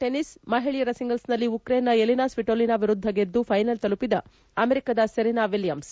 US open tennis ಮಹಿಳೆಯರ ಸಿಂಗಲ್ಸ್ನಲ್ಲಿ ಉಕ್ರೇನ್ನ ಎಲಿನಾ ಸ್ಲಿಟೋಲಿನಾ ವಿರುದ್ಧ ಗೆದ್ದು ಥ್ವೆನಲ್ ತಲುಪಿದ ಅಮೆರಿಕದ ಸೆರೆನಾ ವಿಲಿಯಮ್ಸ್